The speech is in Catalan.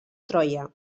troia